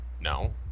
No